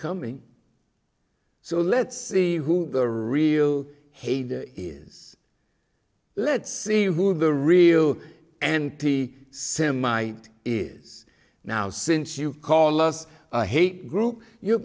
coming so let's see who the real heyday is let's see who the real anti semite is now since you call us a hate group you're